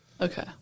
Okay